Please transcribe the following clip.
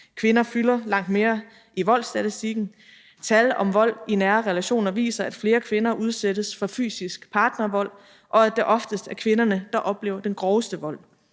Kvinder fylder langt mere i voldsstatistikken. Tal om vold i nære relationer viser, at flere kvinder udsættes for fysisk partnervold, og at det oftest er kvinderne, der oplever den groveste vold.